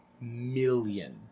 million